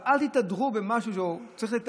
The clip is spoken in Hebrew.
אז אל תתהדרו במה שלא צריך.